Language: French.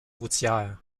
routières